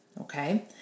Okay